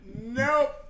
Nope